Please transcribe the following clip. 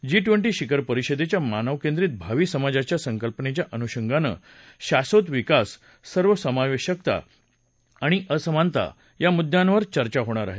जी twenty शिखर परिषदेच्या मानवकेंद्रीत भावी समाजाध्या संकल्पनेच्या अनुषंगानं शाधत विकास सर्वसमावेशकता आणि असमानता या मुद्यांवर चर्चा होणार आहे